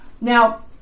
Now